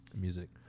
music